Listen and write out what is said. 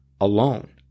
alone